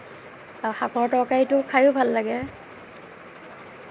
বা শাকৰ তৰকাৰীটো খাইও ভাল লাগে